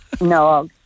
No